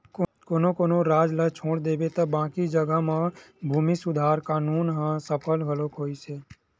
कोनो कोनो राज ल छोड़ देबे त बाकी जघा म भूमि सुधार कान्हून ह सफल घलो होइस हे